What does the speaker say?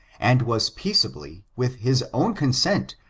and was peaceably, with his own consent,